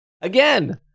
again